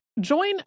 Join